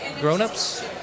grown-ups